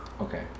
Okay